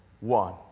one